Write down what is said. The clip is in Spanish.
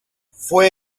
fue